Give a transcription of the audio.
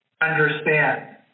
understand